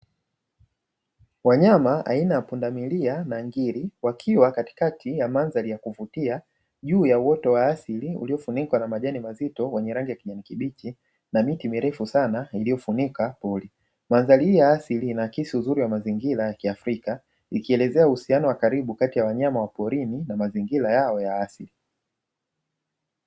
Wanyama wa aina ya pundamilia na ngiri wakiwa katika mandhari ya kuvutia juu ya uoto wa asili uliofumikwa na majani mazito wenye rangi ya kijani kibichi na miti mirefu sana, mandhari hii ya asili inaaksi uzuri wa mandhari ya kiafrika ikielezea uhusiano wa karibu kati ya wanyama wa porini ma mazingira yao ya asili.